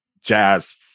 jazz